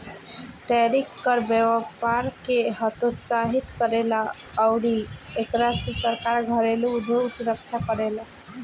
tariff कर व्यपार के हतोत्साहित करेला अउरी एकरा से सरकार घरेलु उधोग सुरक्षा करेला